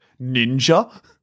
Ninja